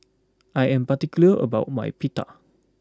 I am particular about my Pita